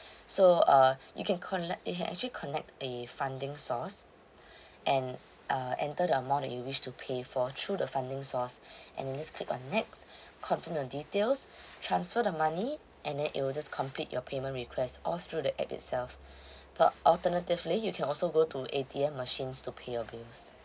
so uh you can connect you can actually connect the funding source and uh enter the amount that you wish to pay for through the funding source and then just click on next complete the details transfer the money and then it will just complete your payment requests all through the app itself but alternatively you can also go to A_T_M machines to pay your bills